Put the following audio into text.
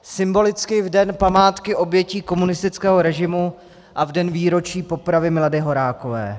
Symbolicky v Den památky obětí komunistického režimu a v den výročí popravy Milady Horákové.